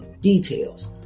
details